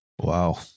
Wow